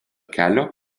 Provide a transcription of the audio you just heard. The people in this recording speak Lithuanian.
kelio